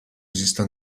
esista